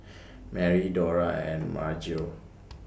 Merri Dora and Maryjo